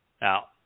now